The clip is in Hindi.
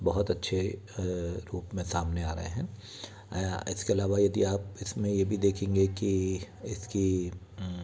बहुत अच्छे रूप में सामने आ रहे हैं इसके अलावा यदि आप इसमें ये भी देखेंगे कि इसकी